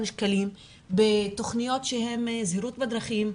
שקלים בתכניות שהן לזהירות בדרכים,